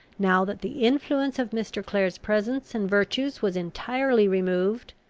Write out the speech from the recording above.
now that the influence of mr. clare's presence and virtues was entirely removed,